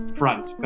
front